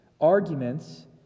arguments